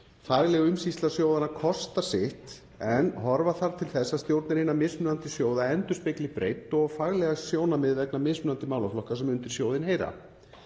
Fagleg umsýsla sjóðanna kostar sitt en horfa þarf til þess að stjórnir hinna mismunandi sjóða endurspegli breidd og fagleg sjónarmið vegna mismunandi málaflokka sem undir sjóðina heyra.